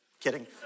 Kidding